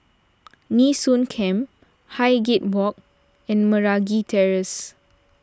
Nee Soon Camp Highgate Walk and Meragi Terrace